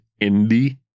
indie